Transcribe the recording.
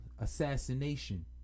assassination